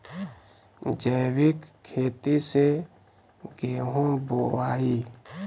जैविक खेती से गेहूँ बोवाई